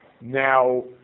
Now